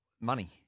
Money